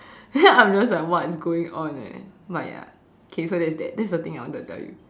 then I'm just like what's going on eh but ya okay so that's that that's the thing I wanted to tell you